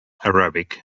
arabic